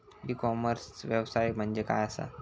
E commerce व्यवसाय म्हणजे काय असा?